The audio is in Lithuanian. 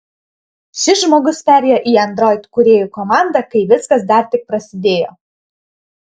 šis žmogus perėjo į android kūrėjų komandą kai viskas dar tik prasidėjo